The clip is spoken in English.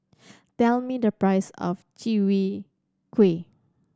tell me the price of Chwee Kueh